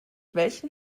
welchen